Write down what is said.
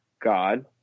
God